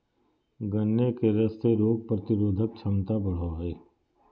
गन्ने के रस से रोग प्रतिरोधक क्षमता बढ़ो हइ